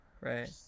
right